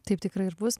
taip tikrai ir bus